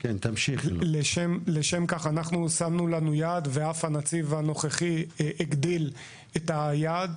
לשם כך שמנו לנו יעד והנציב הנוכחי אף הגדיל את היעד